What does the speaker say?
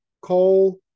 coal